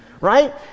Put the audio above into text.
right